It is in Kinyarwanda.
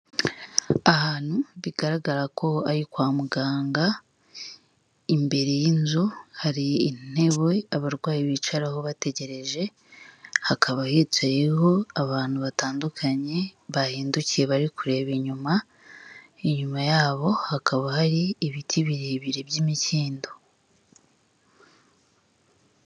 Ahantu bigaragara ko ari kwa muganga imbere y'inzu, hari intebe abarwayi bicararaho bategereje, hakaba hicayeho abantu batandukanye bahindukiye bari kureba inyuma, inyuma yabo hakaba hari ibiti birebire by'imikindo.